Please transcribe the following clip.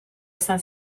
izan